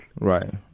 Right